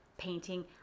painting